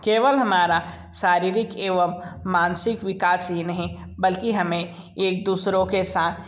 केवल हमारा शारीरिक एवं मानसिक विकास ही नहीं बल्कि हमें एक दूसरों के साथ